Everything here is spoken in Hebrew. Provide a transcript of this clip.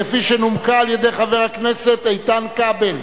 כפי שנומקה על-ידי חבר הכנסת איתן כבל,